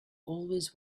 always